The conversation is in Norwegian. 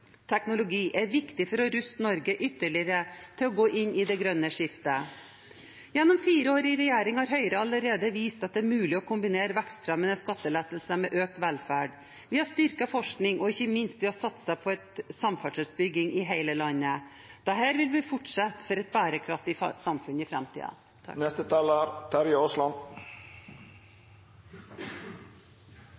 teknologi er viktig for å ruste Norge ytterligere til å gå inn i det grønne skiftet. Gjennom fire år i regjering har Høyre allerede vist at det er mulig å kombinere vekstfremmende skattelettelser med økt velferd. Vi har styrket forskningen, og ikke minst har vi satset på samferdselsbygging i hele landet. Dette vil vi fortsette med for et bærekraftig samfunn i